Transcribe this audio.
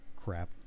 Crap